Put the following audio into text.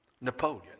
Napoleon